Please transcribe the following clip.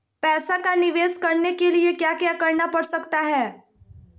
पैसा का निवेस करने के लिए क्या क्या करना पड़ सकता है?